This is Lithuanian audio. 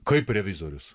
kaip revizorius